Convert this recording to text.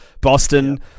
Boston